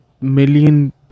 million